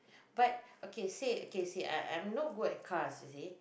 but okay say okay say I I am no good at cars you see